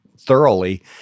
thoroughly